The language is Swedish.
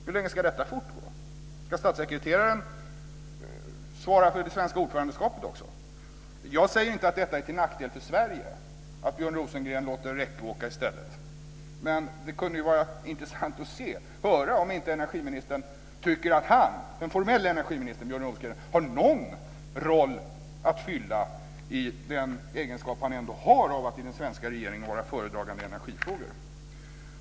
Hur länge ska detta fortgå? Ska statssekreteraren svara för det svenska ordförandeskapet också? Jag säger inte att det är till nackdel för Sverige att Björn Rosengren låter Rekke åka i stället, men det kunde vara intressant att höra om den formelle energiministern Björn Rosengren inte tycker att han har någon roll att fylla i den egenskap han ändå har att i den svenska regeringen vara föredragande i energifrågor.